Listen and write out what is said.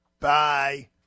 Bye